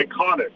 iconic